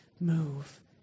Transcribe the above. move